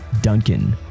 Duncan